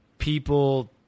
People